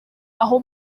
aho